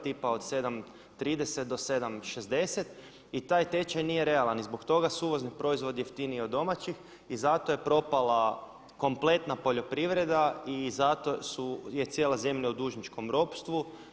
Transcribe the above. Tipa od 7,30 do 7,60 i taj tečaj nije realan i zbog toga su uvozni proizvodi jeftiniji od domaćih i zato je propala kompletna poljoprivreda i zato je cijela zemlja u dužničkom ropstvu.